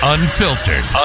Unfiltered